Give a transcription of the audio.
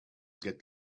get